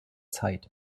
zeit